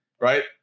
right